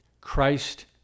Christ